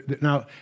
now